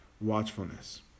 watchfulness